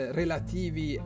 relativi